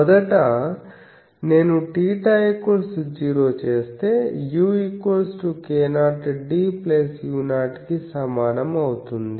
మొదట నేను θ 0 చేస్తే u k0d u0 కి సమానం అవుతుంది